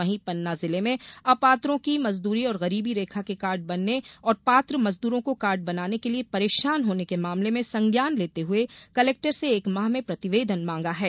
वहीं पन्ना जिले में अपात्रों के मजदूरी और गरीबी रेखा के कार्ड बनने और पात्र मजदूरों को कार्ड बनाने के लिए परेशान होने के मामले में संज्ञान लेते हुए कलेक्टर से एक माह में प्रतिवेदन मांगा है